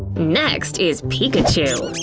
next is pikachu!